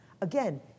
Again